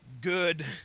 good